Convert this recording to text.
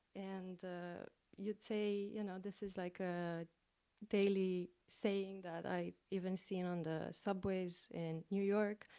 and you'd say, you know, this is like ah daily saying, that i even see and on the subways in new york.